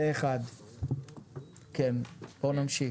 הצבעה סעיף 109(א) אושר בואו נמשיך.